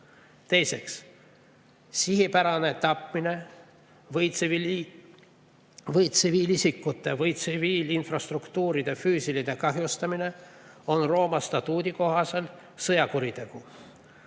Teiseks, sihipärane tapmine või tsiviilisikute või tsiviilinfrastruktuuride füüsiline kahjustamine on Rooma statuudi kohaselt sõjakuritegu.